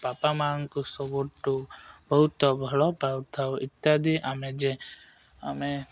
ବାପା ମାଆଙ୍କୁ ସବୁଠୁ ବହୁତ ଭଲ ପାଉଥାଉ ଇତ୍ୟାଦି ଆମେ ଯେ ଆମେ